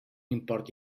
import